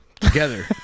together